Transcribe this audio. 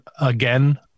again